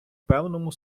певному